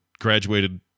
graduated